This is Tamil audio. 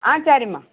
ஆ சரிம்மா